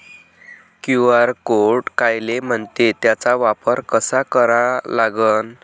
QR code कायले म्हनते, त्याचा वापर कसा करा लागन?